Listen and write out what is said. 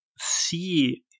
see